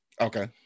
Okay